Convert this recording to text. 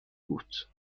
بود